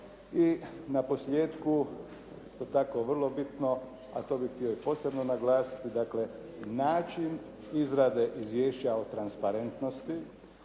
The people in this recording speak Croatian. i naposljetku isto tako vrlo bitno, a to bi htio i posebno naglasiti, dakle način izrade izvješća o tansparentnosti